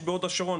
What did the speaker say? יש בהוד השרון,